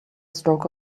stroke